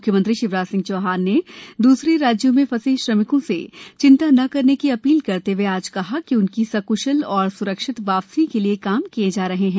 म्ख्यमंत्री शिवराज सिंह चौहान ने द्रसरे राज्यों में फंसे श्रमिकों से चिंता न करने की अपील करते हए आज कहा कि उनकी सकृशल एवं स्रक्षित वापसी के लिए काम किए जा रहे हैं